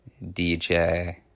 DJ